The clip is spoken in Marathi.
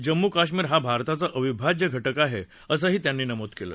जम्मू कश्मीर हा भारताचा अविभाज्य घटक आहे असंही त्यांन नमूद केलं